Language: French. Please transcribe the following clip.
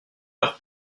leur